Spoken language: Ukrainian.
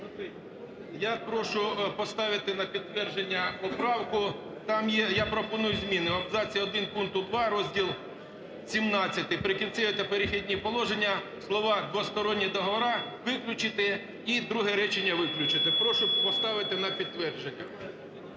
Я прошу поставити на підтвердження поправку. Там я пропоную зміни: в абзаці 1 пункту 2 розділ XVII "Прикінцеві та перехідні положення" слова "двосторонні договори" виключити і друге речення виключити. Прошу поставити на підтвердження.